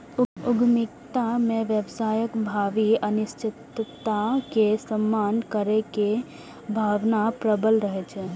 उद्यमिता मे व्यवसायक भावी अनिश्चितता के सामना करै के भावना प्रबल रहै छै